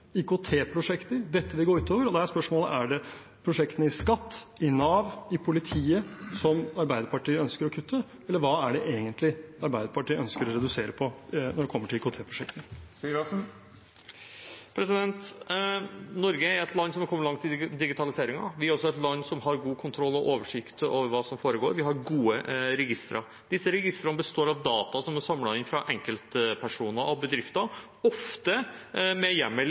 IKT-prosjekter dette vil gå ut over, og da er spørsmålet: Er det prosjektene innen skatt, i Nav eller i politiet Arbeiderpartiet ønsker å kutte? Eller hva er det egentlig Arbeiderpartiet ønsker å redusere på når det gjelder IKT-prosjekter? Norge er et land som har kommet langt i digitaliseringen. Vi er også et land som har god kontroll og oversikt over hva som foregår, for vi har gode registre. Disse registrene består av data som er samlet inn fra enkeltpersoner og bedrifter, ofte med hjemmel